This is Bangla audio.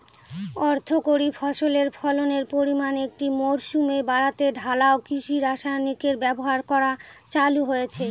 অর্থকরী ফসলের ফলনের পরিমান একটি মরসুমে বাড়াতে ঢালাও কৃষি রাসায়নিকের ব্যবহার করা চালু হয়েছে